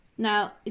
Now